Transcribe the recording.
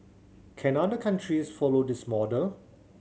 can other countries follow this model